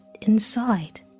inside